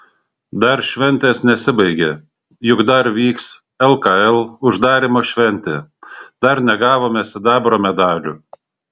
dar šventės nesibaigė juk dar vyks lkl uždarymo šventė dar negavome sidabro medalių